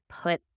put